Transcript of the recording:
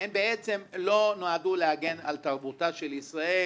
הן בעצם לא נועדו להגן על תרבותה של ישראל